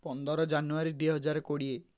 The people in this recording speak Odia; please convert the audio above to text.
ପନ୍ଦର ଜାନୁଆରୀ ଦୁଇହଜାର କୋଡ଼ିଏ